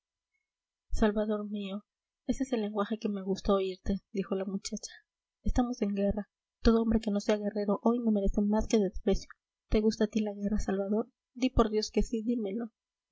salvador mío ese es el lenguaje que me gusta oírte dijo la muchacha estamos en guerra todo hombre que no sea guerrero hoy no merece más que desprecio te gusta a ti la guerra salvador di por dios que sí dímelo